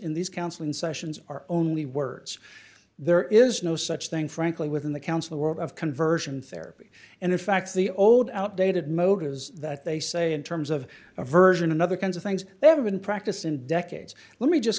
in these counseling sessions are only words there is no such thing frankly within the council world of conversion therapy and in fact the old outdated motives that they say in terms of aversion another kinds of things they haven't practiced in decades let me just